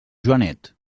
joanet